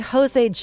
Jose